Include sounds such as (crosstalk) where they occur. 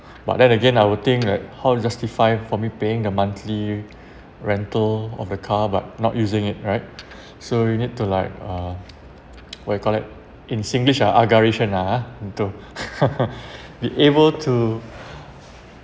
but then again I will think like how it's justified for me paying the monthly (breath) rental of the car but not using it right (breath) so you need to like uh what you call that in singlish ah agaration ah ha into (laughs) be able to